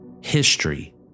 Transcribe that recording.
history